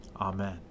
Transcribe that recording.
Amen